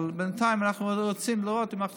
אבל בינתיים אנחנו רוצים לראות אם אנחנו